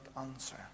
answer